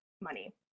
money